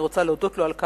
אני רוצה להודות לו עליה.